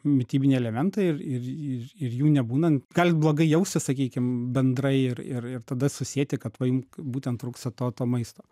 mitybiniai elementai ir ir ir ir jų nebūnant galit blogai jaustis sakykim bendrai ir ir ir tada susieti kad va jum būtent trūksta to to maisto